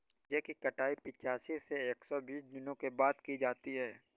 खरबूजे की कटाई पिचासी से एक सो बीस दिनों के बाद की जाती है